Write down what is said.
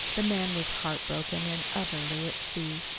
the man was heart-broken and utterly at sea.